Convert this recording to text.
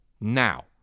now